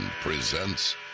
presents